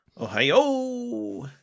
Ohio